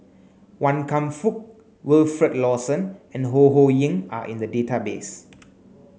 Wan Kam Fook Wilfed Lawson and Ho Ho Ying are in the database